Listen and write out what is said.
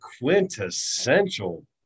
quintessential